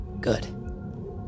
Good